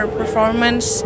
performance